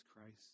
Christ